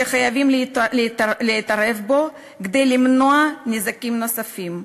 שחייבים להתערב בו כדי למנוע נזקים נוספים.